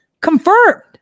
confirmed